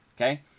okay